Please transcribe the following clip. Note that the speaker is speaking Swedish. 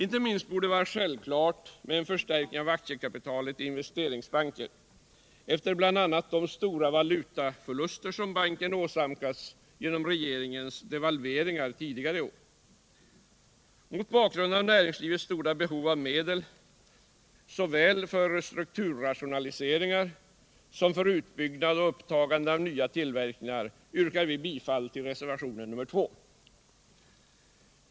Inte minst efter bl.a. de stora valutaförluster banken åsamkats genom regeringens devalveringar tidigare i år borde det vara självklart med en förstärkning av aktiekapitalet i Investeringsbanken. Mot bakgrund av näringslivets stora behov av medel såväl för strukturrationaliseringar som för utbyggnad och upptagande av nya tillverkningar yrkar vi bifall till reservationen 2.